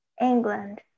England